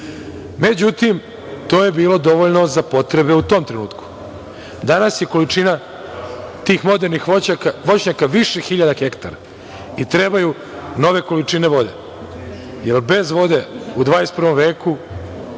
gore.Međutim, to je bilo dovoljno za potrebe u tom trenutku. Danas je količina tih modernih voćnjaka više hiljada hektara i trebaju nove količine volje, jer bez vode u 21. veku